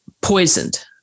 poisoned